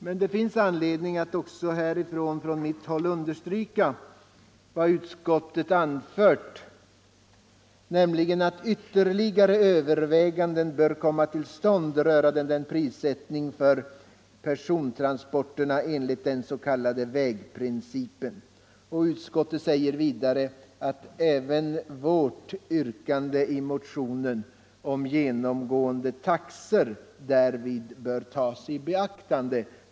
Men det finns anledning, tycker jag, att understryka vad utskottet anfört om att ytterligare överväganden bör komma till stånd rörande en prissättning för persontransporterna enligt den s.k. vägprincipen. Utskottet säger vidare att även vårt motionsyrkande om genomgående taxor därvid bör tas i beaktande.